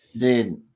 Dude